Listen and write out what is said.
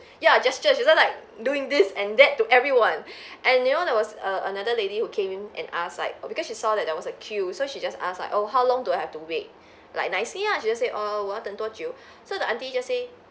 ya gesture she's just like doing this and that to everyone and you know there was a another lady who came in and ask like because she saw that there was a queue so she just ask like oh how long do I have to wait like nicely ah she just said oh 我要等多久 so the auntie just say